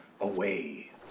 away